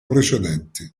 precedenti